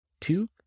Two